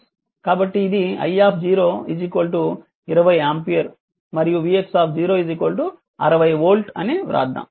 కాబట్టి ఇది i 20 ampere మరియు vx 60 వోల్ట్ అని వ్రాద్దాం